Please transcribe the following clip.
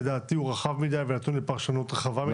לדעתי רחב מדי ונתון לפרשנות רחבה מדי,